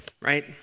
right